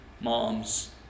moms